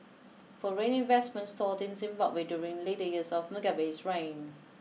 foreign investment stalled in Zimbabwe during the later years of Mugabe's reign